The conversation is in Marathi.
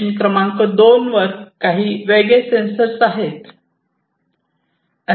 मशीन क्रमांक दोन वर काही वेगळे सेन्सर आहे